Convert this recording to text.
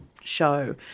show